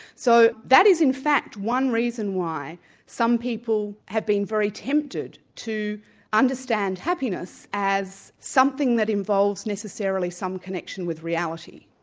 so that is in fact one reason why some people have been very tempted to understand happiness as something that involves necessarily some connection with reality.